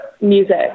music